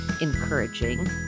encouraging